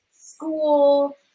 school